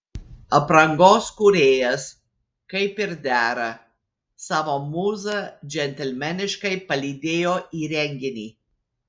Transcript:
aprangos kūrėjas kaip ir dera savo mūzą džentelmeniškai palydėjo į renginį